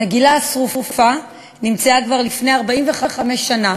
המגילה השרופה נמצאה כבר לפני 45 שנה